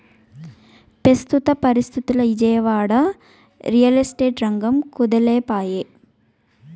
పెస్తుత పరిస్తితుల్ల Vijayawada, real estate రంగం కుదేలై పాయె